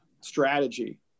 strategy